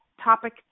topic